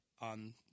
on